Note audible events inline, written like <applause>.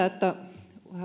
<unintelligible> että